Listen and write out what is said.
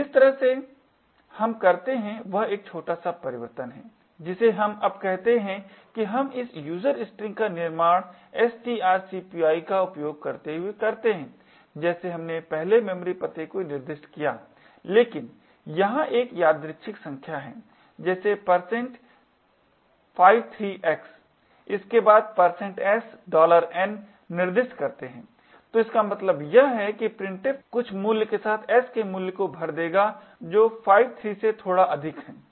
जिस तरह से हम करते हैं वह एक छोटा सा परिवर्तन है जिसे हम अब कहते हैं कि हम इस user string का निर्माण strcpy का उपयोग करते हुए करते हैं जैसे हमने पहले मेमोरी पते को निर्दिष्ट किया लेकिन यहां हम एक यादृछिक संख्या जैसे 53x इसके बाद 7n निर्दिष्ट करते हैं तो इसका मतलब यह है कि printf कुछ मूल्य के साथ s के मूल्य को भर देगा जो 53 से थोड़ा अधिक है